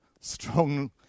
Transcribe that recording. strong